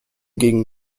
gingen